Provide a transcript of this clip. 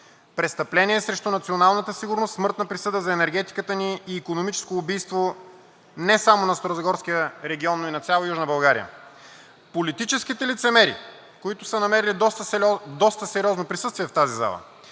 престъпление срещу националната сигурност, смъртна присъда за енергетиката ни и икономическо убийство не само на Старозагорския регион, но и на цяла Южна България. Политическите лицемери, които са намерили доста сериозно присъствие в тази зала,